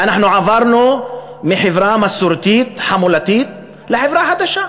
ואנחנו עברנו מחברה מסורתית, חמולתית, לחברה חדשה.